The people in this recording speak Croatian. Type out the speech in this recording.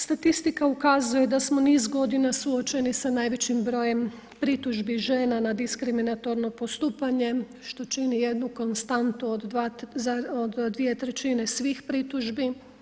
Statistika ukazuje da smo niz godina suočeni sa najvećim brojem pritužbi žena na diskriminatorno postupanje, što čini jednu konstantu od 2/3 svih pritužbi.